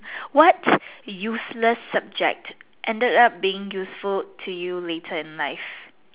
what useless subject ended up being useful to you later in life